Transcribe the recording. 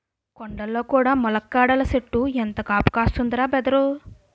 కొండల్లో కూడా ములక్కాడల సెట్టు ఎంత కాపు కాస్తందిరా బదరూ